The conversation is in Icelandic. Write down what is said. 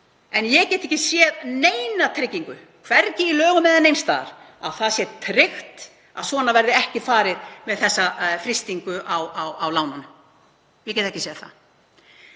En ég get ekki séð neina tryggingu, hvergi í lögum eða neins staðar, að það sé tryggt að þannig verði ekki farið með þessa frystingu á lánunum. Ég get ekki séð það.